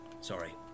Sorry